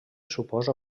suposa